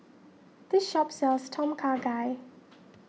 this shop sells Tom Kha Gai